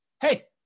hey